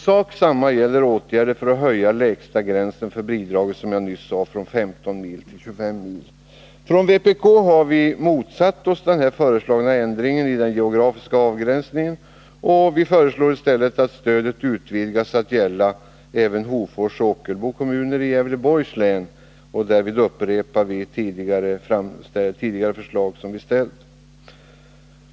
Sak samma gäller åtgärden för att höja lägsta gränsen, som jag nyss sade, för bidrag från 15 mil till 25 mil. Från vpk har vi motsatt oss den föreslagna ändringen i fråga om den geografiska avgränsningen. Vi föreslår i stället att stödet utvidgas att gälla även Hofors och Ockelbo kommuner i Gävleborgs län. Därmed upprepar vi tidigare förslag som vi framställt.